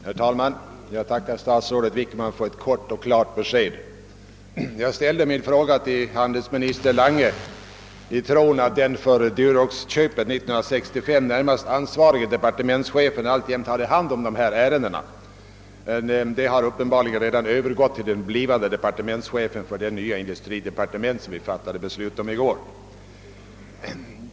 Herr talman! Jag tackar statsrådet Wickman för ett kort och klart besked. Jag ställde min fråga till handelsminister Lange i tron att den för Duroxköpet 1965 närmast ansvarige departementschefen alltjämt hade hand om dessa ärenden, men de har uppenbarligen redan övergått till den blivande chefen för det nya industridepartement som vi fattade beslut om i går.